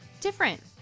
different